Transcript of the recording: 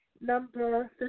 number